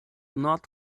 not